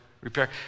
repair